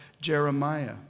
Jeremiah